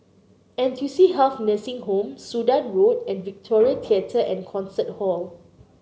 N two C Health Nursing Home Sudan Road and Victoria Theatre and Concert Hall